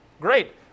great